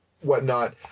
whatnot